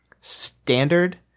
standard